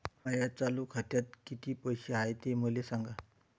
माया चालू खात्यात किती पैसे हाय ते मले सांगा